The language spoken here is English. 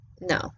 No